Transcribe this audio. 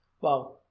wow